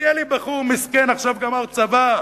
מגיע לי בחור מסכן שעכשיו גמר צבא,